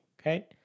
Okay